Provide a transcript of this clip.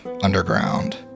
underground